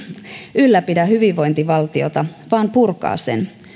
ylläpidä hyvinvointivaltiota vaan purkaa sen